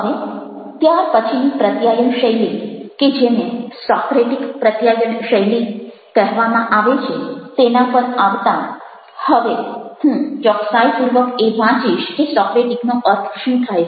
હવે ત્યાર પછીની પ્રત્યાયન શૈલી કે જેને સોક્રેટિક પ્રત્યાયન શૈલી કરવામાં આવે છે તેના પર આવતાં હવે હું ચોક્કસાઈપૂર્વક એ વાંચીશ કે સોક્રેટિકનો અર્થ શું થાય છે